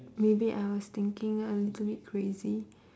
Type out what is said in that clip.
maybe I was thinking a little bit crazy